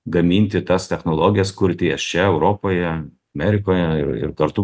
gaminti tas technologijas kurti jas čia europoje amerikoje ir ir kartu